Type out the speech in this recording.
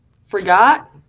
forgot